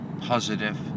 positive